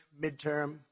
midterm